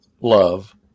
love